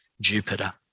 jupiter